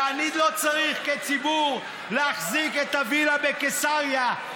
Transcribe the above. ואני לא צריך כציבור להחזיק את הווילה בקיסריה.